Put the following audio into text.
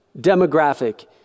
demographic